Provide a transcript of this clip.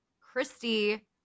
christy